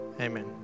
Amen